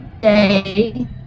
day